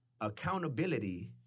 accountability